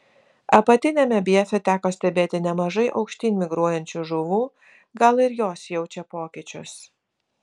apatiniame bjefe teko stebėti nemažai aukštyn migruojančių žuvų gal ir jos jaučia pokyčius